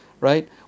right